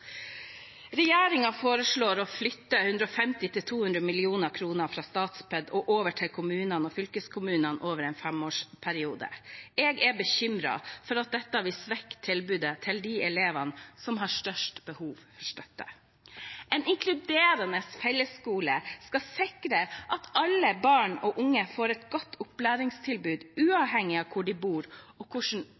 foreslår. Regjeringen foreslår å flytte 150–200 mill. kr fra Statped over til kommunene og fylkeskommunene over en femårsperiode. Jeg er bekymret for at dette vil svekke tilbudet til de elevene som har størst behov for støtte. En inkluderende fellesskole skal sikre at alle barn og unge får et godt opplæringstilbud, uavhengig av hvor de bor, og